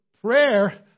prayer